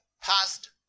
passed